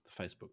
Facebook